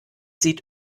sieht